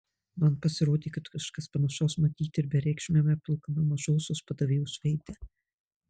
man pasirodė kad kažkas panašaus matyti ir bereikšmiame pilkame mažosios padavėjos veide